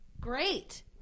Great